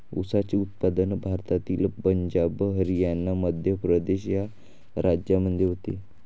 ऊसाचे उत्पादन भारतातील पंजाब हरियाणा मध्य प्रदेश या राज्यांमध्ये होते